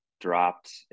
dropped